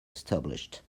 established